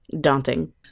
daunting